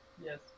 Yes